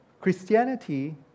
Christianity